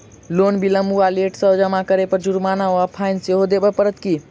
Loan विलंब वा late सँ जमा करै पर जुर्माना वा फाइन सेहो देबै पड़त की?